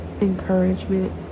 encouragement